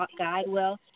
GuideWell